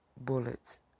bullets